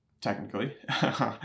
technically